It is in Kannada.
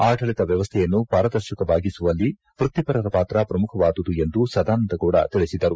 ಆಡಳಿತ ವ್ಯವಸ್ಥೆಯನ್ನು ಪಾರದರ್ಶಕವಾಗಿಸುವಲ್ಲಿ ವೃತ್ತಿಪರರ ಪಾತ್ರ ಪ್ರಮುಖವಾದುದು ಎಂದು ಸದಾನಂದ ಗೌಡ ತಿಳಿಸಿದರು